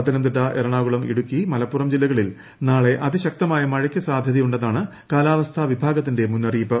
പത്തനംതിട്ടു എറണാകുളം ഇടുക്കി മലപ്പുറം ജില്ലകളിൽ നാളെ അരിശുക്തമായ മഴയ്ക്ക് സാധൃതയുണ്ടെന്നാണ് കാലാവസ്ഥാ വിഭാഗത്തീന്റെ മുന്നറിയിപ്പ്